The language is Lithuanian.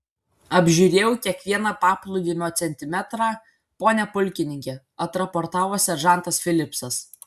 apžiūrėjau kiekvieną paplūdimio centimetrą pone pulkininke atraportavo seržantas filipsas